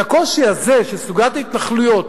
את הקושי הזה של סוגיית ההתנחלויות,